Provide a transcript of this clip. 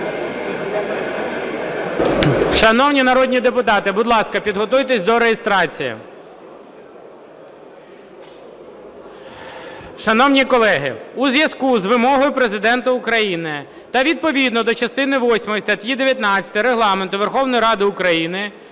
Шановні народні депутати, будь ласка, підготуйтесь до реєстрації. Шановні колеги, у зв'язку з вимогою Президента України та відповідно до частини восьмої статті 19 Регламенту Верховної Ради України